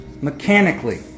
mechanically